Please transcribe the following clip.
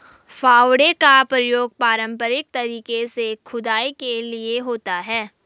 फावड़े का प्रयोग पारंपरिक तरीके से खुदाई के लिए होता है